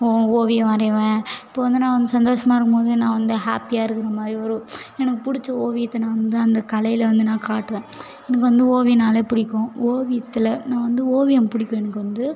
ஓவியம் வரைவேன் இப்போது வந்து நான் வந்து சந்தோஷமா இருக்கும் போது நான் வந்து ஹாப்பியாக இருக்கிற மாதிரி ஒரு எனக்கு பிடிச்ச ஓவியத்தை நான் வந்து அந்த கலையில் வந்து நான் காட்டுவேன் எனக்கு வந்து ஓவியம்னாலே பிடிக்கும் ஓவியத்தில் நான் வந்து ஓவியம் பிடிக்கும் எனக்கு வந்து